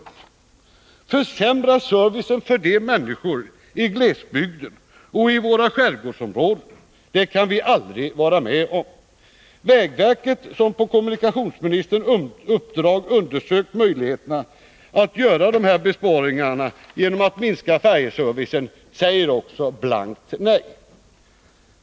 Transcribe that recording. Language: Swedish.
Att försämra servicen för människorna i Besparingar i glesbygden och i våra skärgårdsområden, det kan vi aldrig vara med om. statsverksamheten, Vägverket, som på kommunikationsministerns uppdrag undersökt möjligmm.m. heterna att göra besparingar genom att minska färjeservicen, säger också blankt nej.